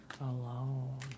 alone